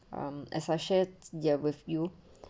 um associates there with you